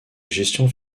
gestion